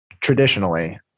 traditionally